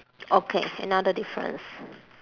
okay another difference